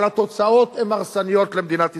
אבל התוצאות הן הרסניות למדינת ישראל.